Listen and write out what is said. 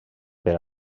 per